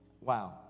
Wow